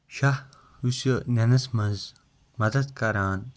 شاہ یُس یہِ نِنَس منٛز مَدد کَران